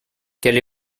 quelle